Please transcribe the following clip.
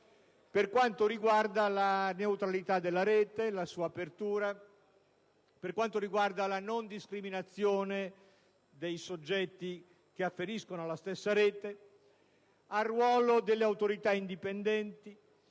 per quanto riguarda: la neutralità della rete e la sua apertura; la non discriminazione dei soggetti che afferiscono alla stessa rete; il ruolo delle autorità indipendenti;